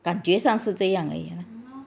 感觉上是这样而已